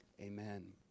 amen